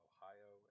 Ohio